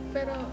Pero